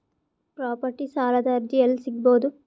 Property ಸಾಲದ ಅರ್ಜಿ ಎಲ್ಲಿ ಸಿಗಬಹುದು?